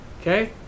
okay